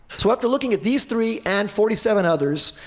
so after looking at these three, and forty seven others,